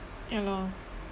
ya lor